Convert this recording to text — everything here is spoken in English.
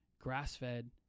grass-fed